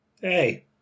Hey